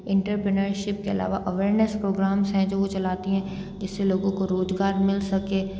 entrepreneurship के अलावा awareness programmes हैं जो वो चलाती हैं जिससे लोगों को रोजगार मिल सके